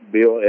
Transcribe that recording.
Bill